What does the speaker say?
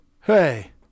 hey